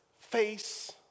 face